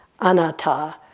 anatta